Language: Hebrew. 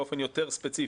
באופן יותר ספציפי,